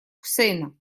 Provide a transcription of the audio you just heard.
хусейна